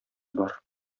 бар